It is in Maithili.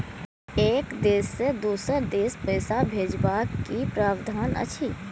एक देश से दोसर देश पैसा भैजबाक कि प्रावधान अछि??